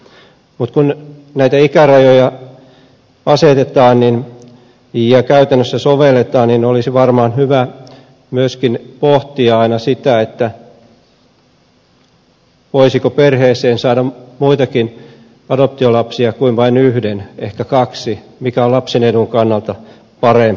mutta kun näitä ikärajoja asetetaan ja käytännössä sovelletaan olisi varmaan hyvä myöskin pohtia aina sitä voisiko perheeseen saada muitakin adoptiolapsia kuin vain yhden ehkä kaksi mikä on lapsen edun kannalta parempi